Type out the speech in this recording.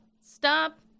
stop